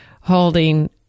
holding